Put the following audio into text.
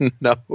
No